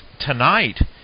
tonight